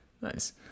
Nice